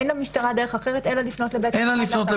אין למשטרה דרך אחרת אלא לפנות לבית המשפט.